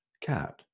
cat